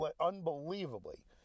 unbelievably